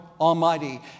Almighty